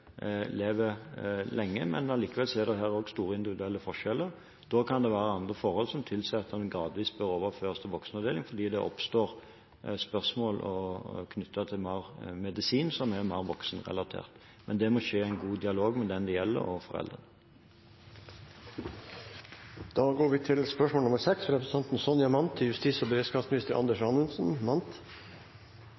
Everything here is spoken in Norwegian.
lenge, men allikevel er det her også store individuelle forskjeller. Da kan det være andre forhold som tilsier at en gradvis bør overføres til voksenavdeling, fordi det oppstår spørsmål knyttet til medisin som er mer voksenrelatert. Men det må skje i en god dialog med den det gjelder, og foreldrene. «Vestfold politidistrikt har fått store oppgaver når det gjelder grensekontroll, både i Larvik og